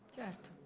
certo